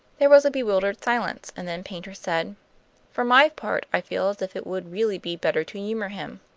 there was a bewildered silence, and then paynter said for my part, i feel as if it would really be better to humor him.